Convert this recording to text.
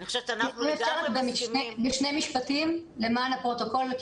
אפשר רק בשני משפטים למען הפרוטוקול?